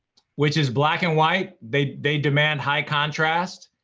which is black and white, they they demand high contrast,